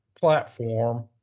platform